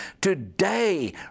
Today